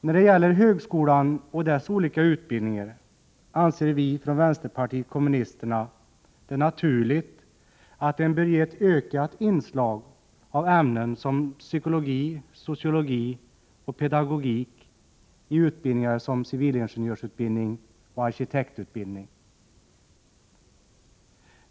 I fråga om högskolan och dess olika utbildningar anser vi från vpk det naturligt att den bör ges ett ökat inslag av ämnen som psykologi, sociologi och pedagogik i utbildningar som civilingenjörsutbildning och ekonomutbildning.